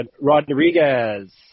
Rodriguez